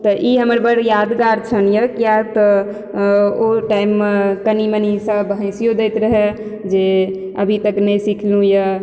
तऽ इ हमर बड यादगार छनि यऽ किए तऽ ओ टाइममे कनी मनी सब हँसियो दैत रहए जे अभी तक नहि सिखलु यऽ